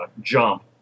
jump